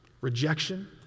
Rejection